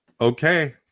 okay